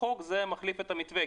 חוק זה מחליף את המתווה,